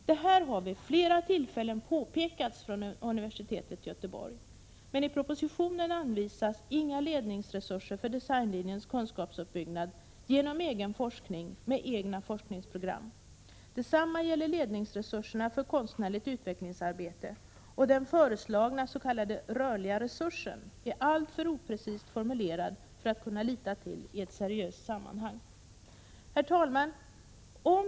Detta har vid flera tillfällen påpekats från universitetet i Göteborg. Men i propositionen anvisas inga ledningsresurser för designlinjens kunskapsuppbyggnad genom egen forskning och med egna forskningsprogram. Detsamma gäller ledningsresurserna för konstnärligt utvecklingsarbete. Den föreslagna s.k. rörliga resursen är alltför oprecist formulerad för att man skall kunna lita till den i ett seriöst sammanhang. Prot. 1986/87:131 Herr talman!